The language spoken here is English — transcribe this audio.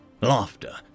Laughter